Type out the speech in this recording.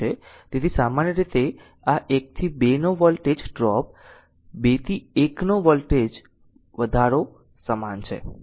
તેથી સામાન્ય રીતે આ 1 થી 2 નો વોલ્ટેજ ડ્રોપ 2 થી 1 નો વોલ્ટેજ વધારો સમાન છે